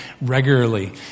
regularly